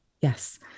Yes